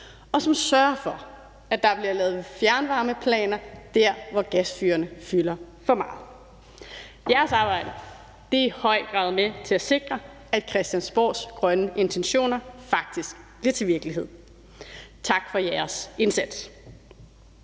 og som sørger for, at der bliver lavet fjernvarmeplaner der, hvor gasfyrene fylder for megt. Jeres arbejde er høj grad med til at sikre, at Christiansborgs grønne intentioner faktisk bliver til virkelighed. Tak for jeres indsats.